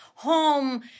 home